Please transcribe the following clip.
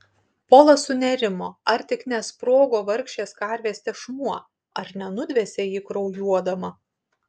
polas sunerimo ar tik nesprogo vargšės karvės tešmuo ar nenudvėsė ji kraujuodama